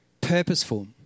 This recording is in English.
Purposeful